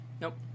Nope